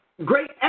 Great